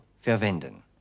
verwenden